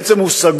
בעצם הוא סגור.